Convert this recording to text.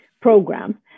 program